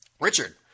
Richard